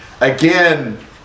Again